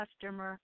customer